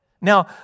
Now